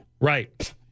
Right